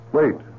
wait